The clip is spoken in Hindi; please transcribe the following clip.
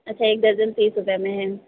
अच्छा एक दर्जन तीस रुपये में हैं